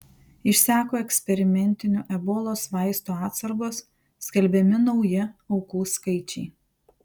išseko eksperimentinių ebolos vaistų atsargos skelbiami nauji aukų skaičiai